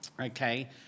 Okay